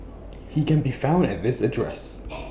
he can be found at this address